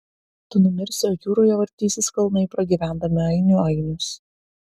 tu numirsi o jūroje vartysis kalnai pragyvendami ainių ainius